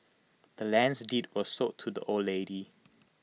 the land's deed was sold to the old lady